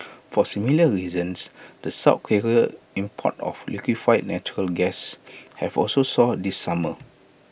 for similar reasons the south Korea imports of liquefied natural gas have also soared this summer